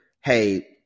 hey –